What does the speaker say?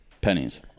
pennies